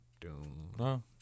doom